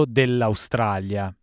dell'Australia